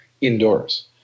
indoors